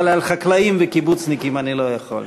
אבל על חקלאים וקיבוצניקים אני לא יכול,